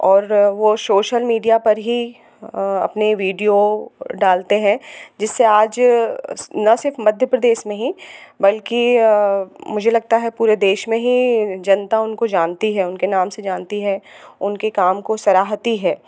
और वह social media पर ही अपने वीडियो डालते हैं जिससे आज ना सिर्फ़ मध्य प्रदेश में ही बल्कि मुझे लगता है पूरे देश में ही जनता उनको जानती है उनके नाम से जानती है उनके काम को सराहती है